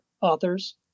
authors